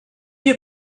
you